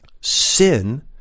sin